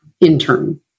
intern